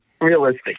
Realistic